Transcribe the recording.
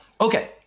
Okay